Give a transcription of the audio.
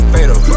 Fatal